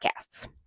podcasts